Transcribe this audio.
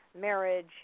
marriage